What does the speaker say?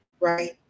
right